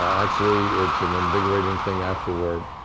actually, it's an invigorating thing after work.